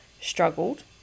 struggled